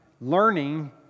learning